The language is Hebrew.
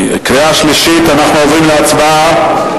קריאה שלישית, אנחנו עוברים להצבעה.